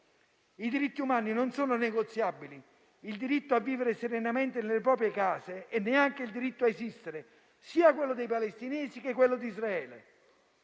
I diritti umani non sono negoziabili; non lo è il diritto a vivere serenamente nelle proprie case e neanche il diritto a esistere, sia quello dei palestinesi che quello di Israele.